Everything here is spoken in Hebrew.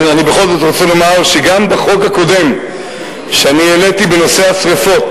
אני בכל זאת רוצה לומר שגם בחוק הקודם שאני העליתי בנושא השרפות,